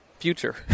future